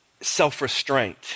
self-restraint